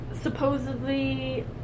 supposedly